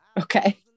Okay